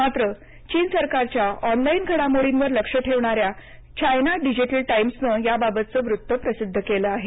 मात्रचीन सरकारच्या ऑनलाईन घडामोडींवर लक्ष ठेवणाऱ्या चायना डिजिटल टाइम्सनं याबाबतचं वृत्त प्रसिद्ध केलं आहे